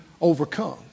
overcome